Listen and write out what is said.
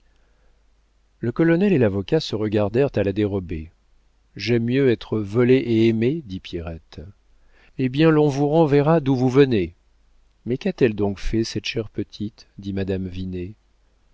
le colonel et l'avocat se regardèrent à la dérobée j'aime mieux être volée et aimée dit pierrette eh bien l'on vous renverra d'où vous venez mais qu'a-t-elle donc fait cette chère petite dit madame